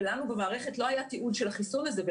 ולנו במערכת לא היה תיעוד של החיסון הזה.